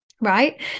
right